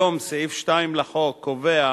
כיום, סעיף 2 לחוק קובע